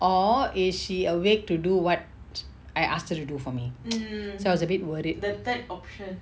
or is she awake to do what I asked her to do for me so I was a bit worried